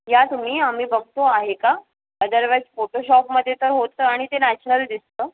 या तुम्ही आम्ही बघतो आहे का अदरवाईज फोटोशॉपमध्ये तर होतं आणि ते नॅचरल दिसतं